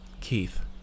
keith